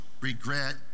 regret